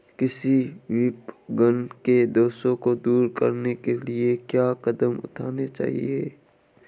कृषि विपणन के दोषों को दूर करने के लिए क्या कदम उठाने चाहिए?